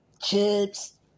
chips